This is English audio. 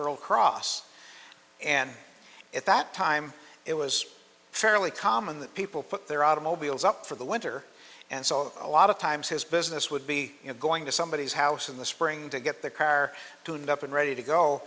earl cross and at that time it was fairly common that people put their automobiles up for the winter and so a lot of times his business would be going to somebody's house in the spring to get the car tuned up and ready to go